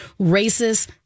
Racist